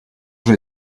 j’ai